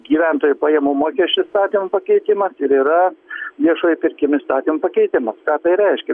gyventojų pajamų mokesčio įstatymo pakeitimas ir yra viešųjų pirkimų įstatymo pakeitimo ką tai reiškia